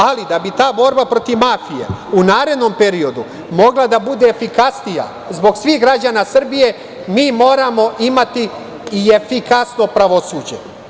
Ali, da bi ta borba protiv mafije u narednom periodu mogla da bude efikasnije zbog svih građana Srbije, mi moramo imati i efikasno pravosuđe.